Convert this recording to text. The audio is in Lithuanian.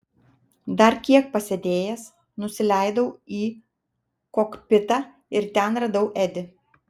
dar kiek pasėdėjęs nusileidau į kokpitą ir ten radau edį